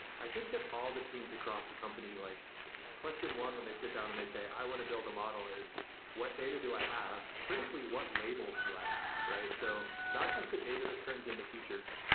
i think that all the teams across a company, like question one when they sit down and they say, i want to build a model, is what data do i have? critically, what labels do i have? so not just the data that turns into features,